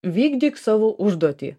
vykdyk savo užduotį